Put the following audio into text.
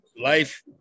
life